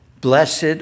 Blessed